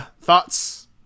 thoughts